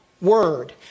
word